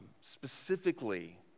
Specifically